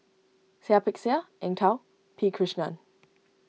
Seah Peck Seah Eng Tow P Krishnan